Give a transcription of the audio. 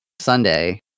Sunday